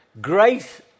Grace